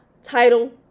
Title